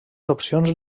opcions